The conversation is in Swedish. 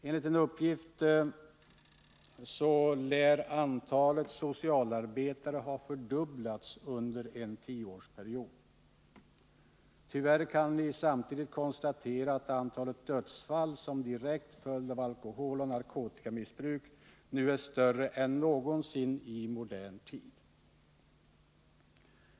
Enligt uppgift har antalet socialarbetare fördubblats under en tioårsperiod. Tyvärr kan vi samtidigt konstatera att antalet dödsfall som en direkt följd av alkoholoch narkotikamissbruk nu är större än någonsin i modern tid.